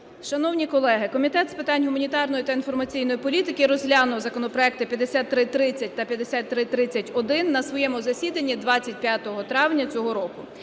Шановні колеги, Комітет з питань гуманітарної та інформаційної політики розглянув законопроекти 5330 та 5330-1 на своєму засіданні 25 травня цього року.